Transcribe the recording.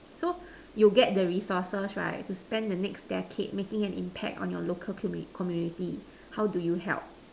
so you get the resources right to spend the next decade making an impact on your local commu~ community how do you help